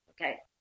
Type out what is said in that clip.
Okay